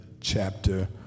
chapter